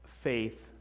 faith